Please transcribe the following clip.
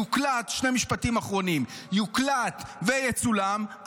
יוקלט ויצולם,